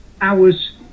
hours